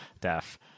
Deaf